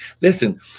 listen